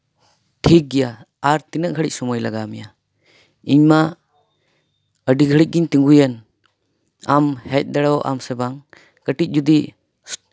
ᱴᱷᱤᱠ ᱜᱮᱭᱟ ᱟᱨ ᱛᱤᱱᱟᱹᱜ ᱜᱷᱟᱹᱲᱤᱡ ᱥᱚᱢᱚᱭ ᱞᱟᱜᱟᱣ ᱢᱮᱭᱟ ᱤᱧ ᱢᱟ ᱟᱹᱰᱤ ᱜᱷᱟᱹᱲᱤᱡ ᱜᱤᱧ ᱛᱤᱸᱜᱩᱭᱮᱱ ᱟᱢ ᱦᱮᱡ ᱫᱟᱲᱮᱭᱟᱜᱼᱟᱢ ᱥᱮ ᱵᱟᱝ ᱠᱟᱹᱴᱤᱡ ᱡᱩᱫᱤ